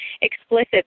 explicit